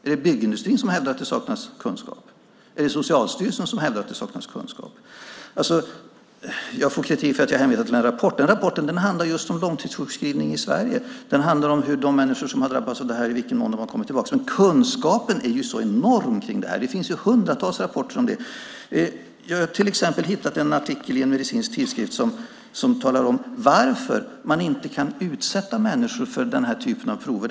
Är det byggindustrin som hävdar att det saknas kunskap, eller är det Socialstyrelsen som hävdar att det saknas kunskap? Jag får kritik för att jag hänvisar till en rapport. Men den rapporten handlar just om långtidssjukskrivning i Sverige, om i vilken mån de människor som drabbats har kommit tillbaka till arbete. Kunskapen om det här är enorm. Det finns hundratals rapporter om detta. Jag har till exempel i en medicinsk tidskrift hittat en artikel där det talas om varför man inte kan utsätta människor för den här typen prover.